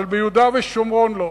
אבל ביהודה ושומרון לא.